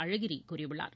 அழகிரி கூறியுள்ளார்